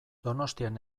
donostian